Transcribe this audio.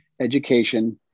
education